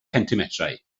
chentimetrau